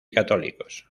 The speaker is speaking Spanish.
católicos